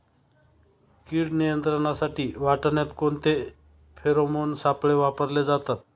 कीड नियंत्रणासाठी वाटाण्यात कोणते फेरोमोन सापळे वापरले जातात?